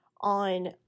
on